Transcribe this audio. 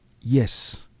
Yes